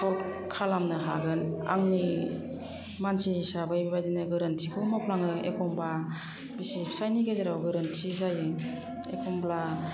solve खालामनो हागोन आंनि मानसि हिसाबै बेबायदिनो गोरोन्थिखौ मावफ्लाङो एखनबा बिसि फिसायनि गेजेराव गोरोन्थि जायो एखनबा